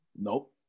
Nope